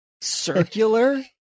Circular